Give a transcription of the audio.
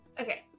okay